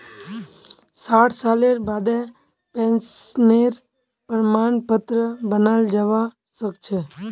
साठ सालेर बादें पेंशनेर प्रमाण पत्र बनाल जाबा सखछे